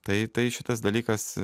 tai tai šitas dalykas